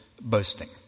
boasting